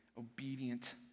obedient